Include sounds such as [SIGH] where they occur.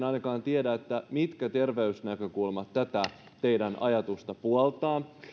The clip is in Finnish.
[UNINTELLIGIBLE] ainakaan itse tiedä mitkä terveysnäkökulmat tätä teidän ajatustanne puoltavat